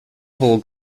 hole